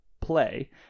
play